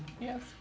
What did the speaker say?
Yes